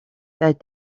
that